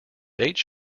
dates